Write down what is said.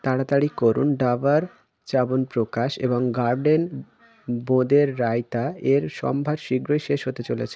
তাড়াতাড়ি করুন ডাবর চ্যবনপ্রকাশ এবং গার্ডেন বোঁদের রায়তা এর সম্ভার শীঘ্রই শেষ হতে চলেছে